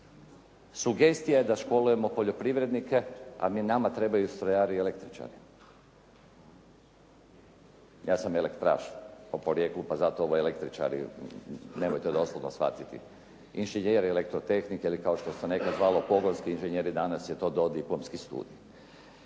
Sugestija da školujemo poljoprivrednike, a nama trebaju strojari i električari. Ja sam elektraš po porijeklu, pa zato ovo električari nemojte doslovno shvatiti. Inženjer elektrotehnike ili što se nekada zavalo pogonski inženjeri. Danas je to dodiplomski studij.